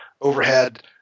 overhead